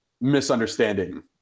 misunderstanding